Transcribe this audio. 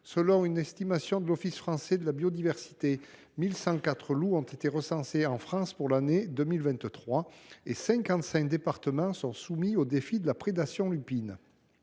Selon une estimation de l’Office français de la biodiversité, en 2023, 1 104 loups ont été recensés en France et 55 départements sont soumis au défi de la prédation lupine.